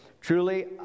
Truly